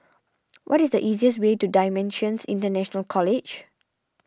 what is the easiest way to Dimensions International College